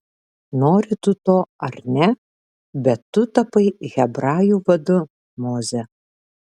nori tu to ar ne bet tu tapai hebrajų vadu moze